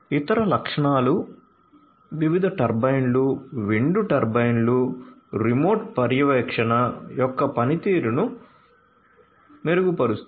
ఇతర లక్షణాలు వివిధ టర్బైన్లు విండ్ టర్బైన్లు రిమోట్ పర్యవేక్షణ యొక్క పనితీరును మెరుగుపరుస్తాయి